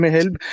help